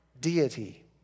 deity